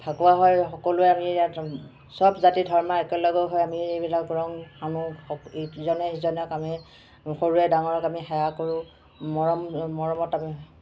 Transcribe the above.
ফাকুৱা হয় সকলোৱে আমি ইয়াত চব জাতি ধৰ্মই একেলগ হৈ আমি এইবিলাক ৰং সানো ইজনে সিজনক আমি সৰুৱে ডাঙৰক আমি সেৱা কৰোঁ মৰম মৰমত তাকো